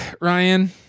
Ryan